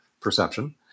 perception